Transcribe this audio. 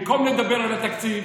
במקום לדבר על התקציב,